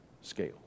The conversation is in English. scale